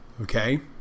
Okay